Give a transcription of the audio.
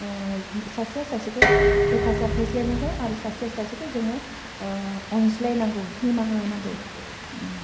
ओह सासेया सासेखौ हेफाजाब होज्लायनांगौ आरो सासेया सासेखौ जोङो ओह अनज्लायनांगौ निमाहा होनांगौ आह